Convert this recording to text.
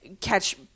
catch